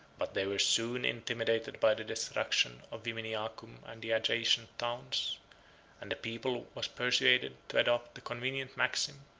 but they were soon intimidated by the destruction of viminiacum and the adjacent towns and the people was persuaded to adopt the convenient maxim,